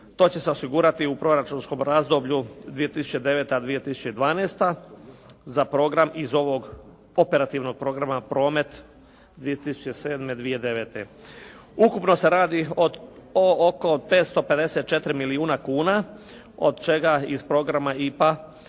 To će se osigurati u proračunskom razdoblju 2009.-2012. za program iz ovog operativnog programa promet 2007.-2009. Ukupno se radi o oko 554 milijuna kuna od čega iz programa IPA